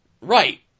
Right